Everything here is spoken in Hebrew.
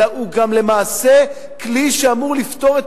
אלא למעשה הוא גם כלי שאמור לפתור את